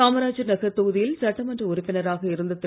காமராஜர் நகர் தொகுதியில் சட்டமன்ற உறுப்பினராக இருந்த திரு